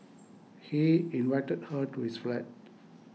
he invited her to his flat